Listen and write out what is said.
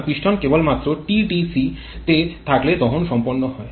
সুতরাং পিস্টন কেবলমাত্র টিডিসি তে থাকলে দহন সম্পন্ন হয়